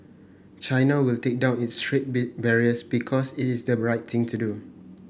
China will take down its trade barriers because it is the right thing to do